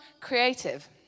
creative